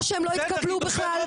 או שהם לא התקבלו בכלל,